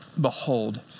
behold